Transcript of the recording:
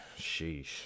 Sheesh